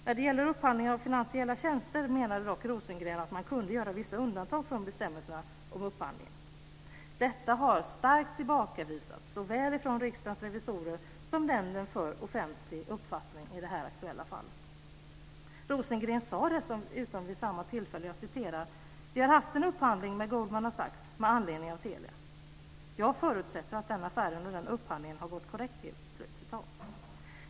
När det gäller upphandlingen av finansiella tjänster menade dock Rosengren att man kunde göra vissa undantag från bestämmelserna om upphandling. Detta har starkt tillbakavisats av såväl Riksdagens revisorer som Nämnden för offentlig upphandling i det här aktuella fallet. Rosengren sade dessutom vid samma tillfälle: "Vi har haft en upphandling med Goldman Sachs med anledning av Telia. Jag förutsätter att den affären och den upphandlingen har gått korrekt till."